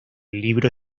libro